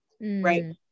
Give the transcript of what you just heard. right